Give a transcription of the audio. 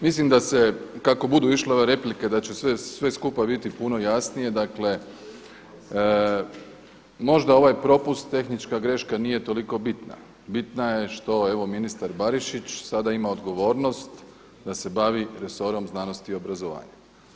Mislim da se kako budu išle ove replike da će sve skupa biti puno jasnije, dakle možda ovaj propust tehnička greška nije toliko bitna, bitna je što ministar Barišić sada ima odgovornost da se bavim resorom znanosti i obrazovanja.